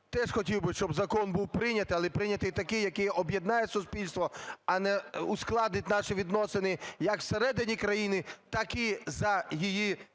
теж хотів би, щоб закон був прийнятий, але прийнятий такий, який об'єднає суспільство, а не ускладнить наші відносини як всередині країни, так і за її межами.